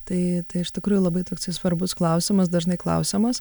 tai iš tikrųjų labai toksai svarbus klausimas dažnai klausiamas